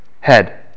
Head